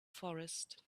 forest